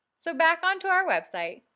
so back on to our website,